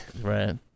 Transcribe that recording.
Right